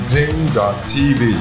Pain.tv